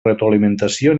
retroalimentació